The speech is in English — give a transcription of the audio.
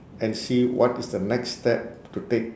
and see what is the next step to take